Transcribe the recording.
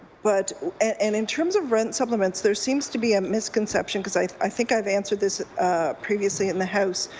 but and in terms of rent supplements there seems to be a misconception because i think i've answered this previously in the house,